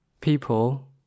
people